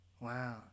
wow